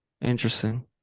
Interesting